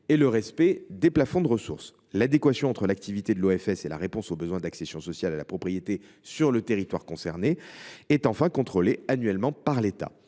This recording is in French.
et le respect des conditions de ressources. L’adéquation entre l’activité de l’OFS et la réponse aux besoins en matière d’accession sociale à la propriété sur le territoire concerné est enfin contrôlée annuellement par l’État.